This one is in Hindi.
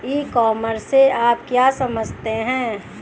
ई कॉमर्स से आप क्या समझते हैं?